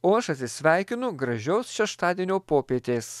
o aš atsisveikinu gražios šeštadienio popietės